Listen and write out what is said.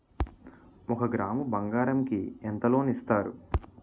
ఒక గ్రాము బంగారం కి ఎంత లోన్ ఇస్తారు?